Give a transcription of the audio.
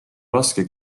raske